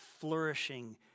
flourishing